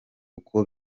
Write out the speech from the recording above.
uko